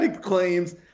Claims